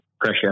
pressure